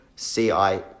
C-I-